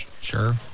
Sure